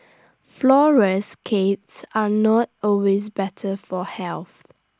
flourless are not always better for health